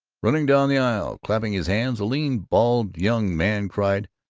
running down the aisle, clapping his hands, a lean bald young man cried,